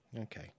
Okay